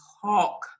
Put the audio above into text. talk